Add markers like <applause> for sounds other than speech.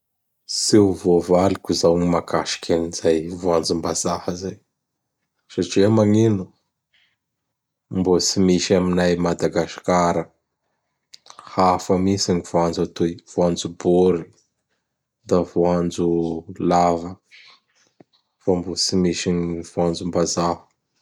<noise> Tsy ho voavaliko zao gn mahakasiky an zay varim-bazaha zay satria magnino? Mbô tsy misy aminay a Madagasikara. Hafa mintsy gn voanjo atoy, voanjo bory da voanjo lava. Fa mbô tsy misy gn voanjom-bazaha.